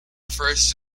refers